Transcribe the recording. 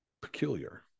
peculiar